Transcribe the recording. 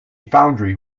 foundry